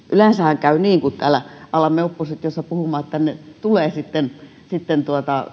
yleensähän käy niin kun täällä oppositiossa alamme puhumaan että tänne tulee sitten sitten